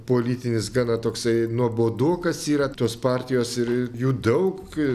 politinis gana toksai nuobodokas yra tos partijos ir jų daug